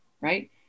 right